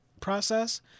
process